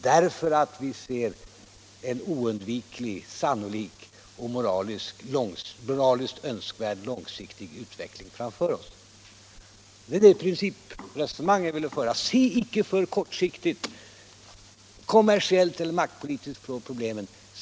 Vi kan se en sannolik, oundviklig och moraliskt önskvärd utveckling framför oss. Det är det principresonemanget jag vill föra. Se icke för kortsiktigt, kommersiellt eller maktpolitiskt på problemen!